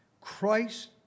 Christ